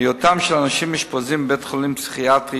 היותם של אנשים מאושפזים בבית-חולים פסיכיאטרי